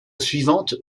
suivante